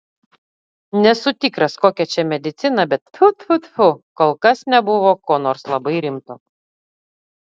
nesu tikras kokia čia medicina bet tfu tfu tfu kol kas nebuvo ko nors labai rimto